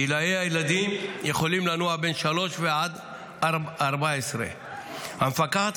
גילי הילדים יכולים להיות 3 עד 14. המפקחת